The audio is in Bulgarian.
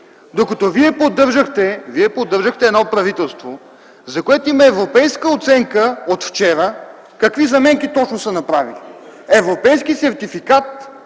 докато вие поддържахте едно правителство, за което има европейска оценка от вчера какви заменки точно са направили. Това е европейски сертификат